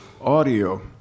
audio